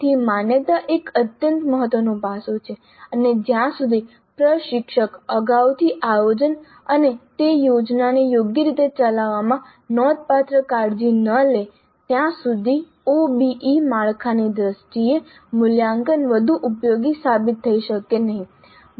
તેથી માન્યતા એક અત્યંત મહત્વનું પાસું છે અને જ્યાં સુધી પ્રશિક્ષક અગાઉથી આયોજન અને તે યોજનાને યોગ્ય રીતે ચલાવવામાં નોંધપાત્ર કાળજી ન લે ત્યાં સુધી OBE માળખાની દ્રષ્ટિએ મૂલ્યાંકન વધુ ઉપયોગી સાબિત થઈ શકે નહીં